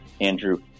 Andrew